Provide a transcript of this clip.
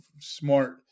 smart